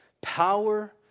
Power